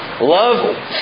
Love